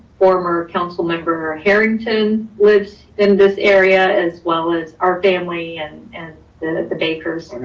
former council member or harrington lives in this area, as well as our family and and and the bakers.